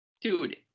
dude